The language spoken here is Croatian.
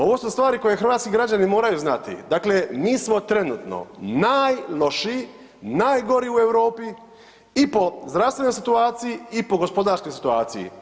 Ovo su stvari koje hrvatski građani moraju znati, dakle mi smo trenutno najlošiji, najgori u Europi i po zdravstvenoj situaciji i po gospodarskoj situaciji.